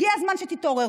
הגיע הזמן שתתעוררו.